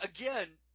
again